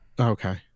Okay